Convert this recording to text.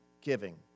giving